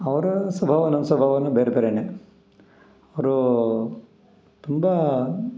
ಅವರ ಸ್ವಭಾವ ನನ್ನ ಸ್ವಭಾವ ಬೇರೆ ಬೇರೆ ಅವರು ತುಂಬ